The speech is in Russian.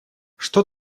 что